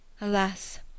Alas